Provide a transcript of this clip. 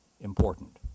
important